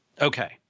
Okay